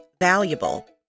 valuable